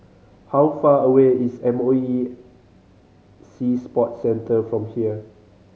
how far away is M O E Sea Sports Centre from here